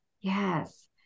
Yes